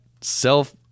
self